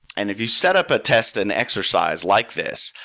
and if you set up a test and exercise like this,